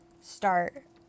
start